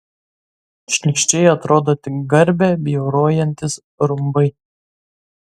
šlykščiai atrodo tik garbę bjaurojantys rumbai